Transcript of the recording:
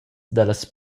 dallas